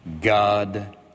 God